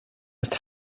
ist